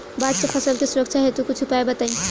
बाढ़ से फसल के सुरक्षा हेतु कुछ उपाय बताई?